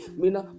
mina